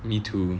me too